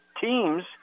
teams